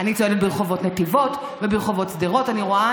אני צועדת ברחובות נתיבות וברחובות שדרות,